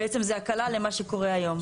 בעצם זה הקלה למה שקורה היום.